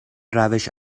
روش